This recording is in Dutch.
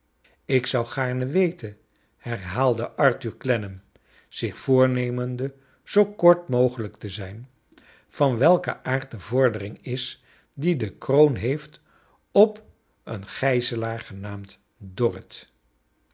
ik z ou gaarne weten herhaalde arthur clennam zich voornemende zoo kort mogelijk te zijn van welken aard de vordenng is die de kroon heeft op een gijzelaar genaamd dorrit